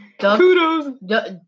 Kudos